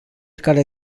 care